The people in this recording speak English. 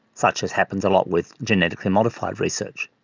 such as happens a lot with genetically modified research.